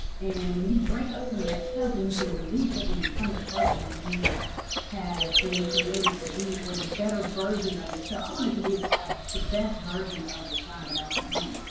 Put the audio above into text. and when you break up some of that stuff, then you can release it and become the person that you have been created to be or the better version of yourself. i wanted to be the ah the best version of rashan that i can be,